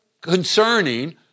concerning